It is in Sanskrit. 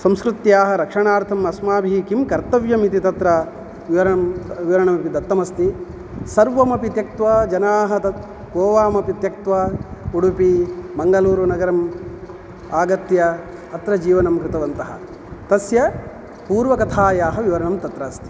संस्कृत्याः रक्षणार्थम् अस्माभिः किं कर्तव्यम् इति तत्र विवरं विवरणमपि दत्तमास्ति सर्वमपि त्यक्तवा जनाः तत् गोवामपि त्यक्त्वा उडुपि मङ्गलूरुनगरम् आगत्य अत्र जीवनं कृतवन्तः तस्य पूर्वकथायाः विवरणं तत्र अस्ति